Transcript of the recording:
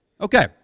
Okay